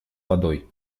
водой